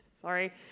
sorry